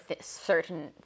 certain